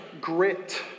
Grit